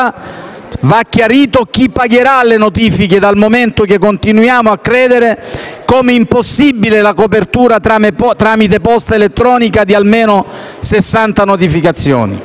chiarito chi pagherà le notifiche, dal momento che continuiamo a credere come impossibile la copertura tramite posta elettronica di almeno 60.000 notificazioni.